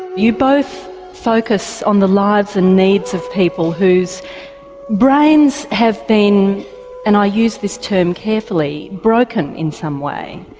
you both focus on the lives and needs of people people whose brains have been and i use this term carefully broken in some way.